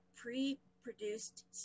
pre-produced